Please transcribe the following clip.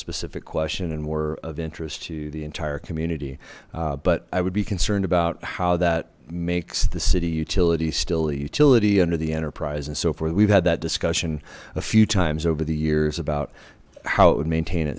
specific question and were of interest to the entire community but i would be concerned about how that makes the city utilities still a utility under the enterprise and so forth we've had that discussion a few times over the years about how it would maintain